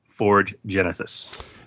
ForgeGenesis